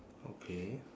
okay